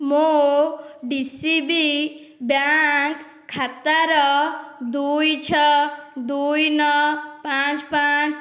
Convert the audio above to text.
ମୋ DCB bank ଖାତାର ଦୁଇ ଛଅ ଦୁଇ ନଅ ପାଞ୍ଚ ପାଞ୍ଚ